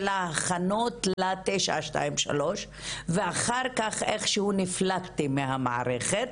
ההכנות ל-923 ואחר כך איכשהו נפלטתי מהמערכת,